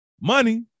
money